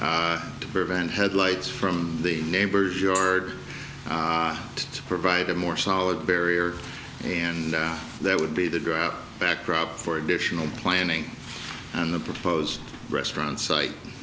high to prevent headlights from the neighbor's yard to provide a more solid barrier and that would be the drought backdrop for additional planning on the proposed restaurant site